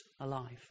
alive